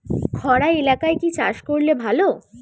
খরা এলাকায় কি চাষ করলে ভালো?